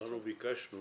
אנחנו ביקשנו